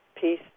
peace